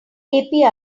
api